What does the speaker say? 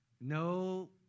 no